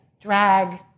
drag